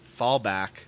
fallback